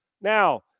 Now